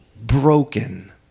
Broken